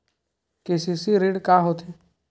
KCC ऋण का होथे?